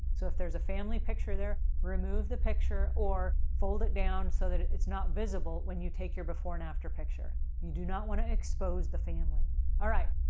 so, if there's a family picture there, remove the picture or fold it down so that it's not visible when you take your before and after picture. you do not want to expose the family. all right.